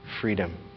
freedom